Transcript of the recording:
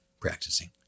practicing